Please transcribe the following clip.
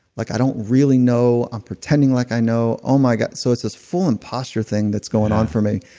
like i don't really know. i'm pretending like i know. oh my god. so it's this full impostor thing that's going on for me.